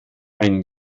ein